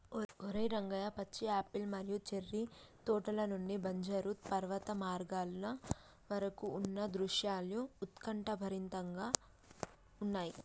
ఓరై రంగయ్య పచ్చి యాపిల్ మరియు చేర్రి తోటల నుండి బంజరు పర్వత మార్గాల వరకు ఉన్న దృశ్యాలు ఉత్కంఠభరితంగా ఉన్నయి